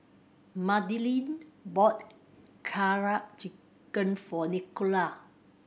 Madilyn bought Karaage Chicken for Nicola